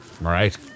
Right